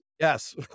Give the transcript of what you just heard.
Yes